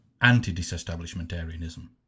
anti-disestablishmentarianism